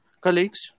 Colleagues